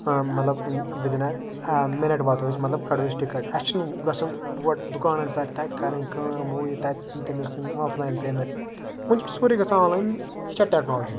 مطلب وِدن اےٚ اےٚ مِنٹ واتو أسۍ مطلب کَڑو أسۍ ٹِکٹ اَسہِ چھُ گژھُن گۄڈٕ دُکانن پٮ۪ٹھ تَتہِ کَرٕنۍ کٲم ہُہ یہِ تَتہِ تٔمِس دِنۍ آف لایَن پٮ۪مینٹ ونکیٚس چھُ سورُے گژھان آف لایَن یہِ چھےٚ ٹٮ۪کنولجی